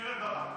קרן ברק.